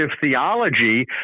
theology